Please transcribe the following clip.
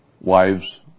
wives